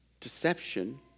deception